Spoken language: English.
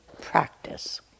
practice